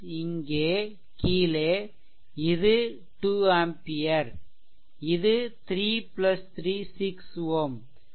இங்கே கீழே இது 2 ஆம்பியர் இது 33 6 Ω